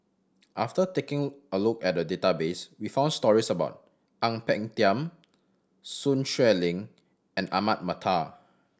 after taking a look at the database we found stories about Ang Peng Tiam Sun Xueling and Ahmad Mattar